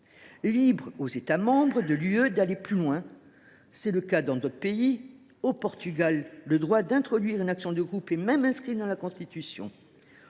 libre aux États membres d’aller plus loin ! C’est le choix qu’ont fait d’autres pays. Au Portugal, le droit d’introduire une action de groupe est même inscrit dans la Constitution.